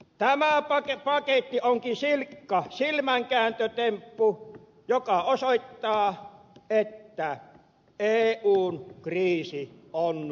tämä paketti onkin silkka silmänkääntötemppu joka osoittaa että eun kriisi on vakava